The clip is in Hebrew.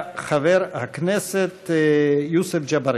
וסוף-סוף,